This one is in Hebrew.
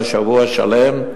אלא שבוע שלם.